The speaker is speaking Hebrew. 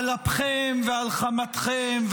על אפכם ועל חמתכם,